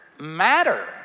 matter